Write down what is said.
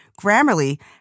Grammarly